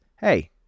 hey